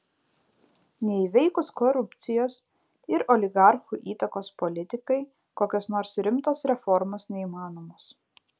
neįveikus korupcijos ir oligarchų įtakos politikai kokios nors rimtos reformos neįmanomos